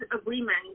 agreement